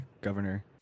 governor